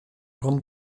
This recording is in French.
grande